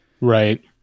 Right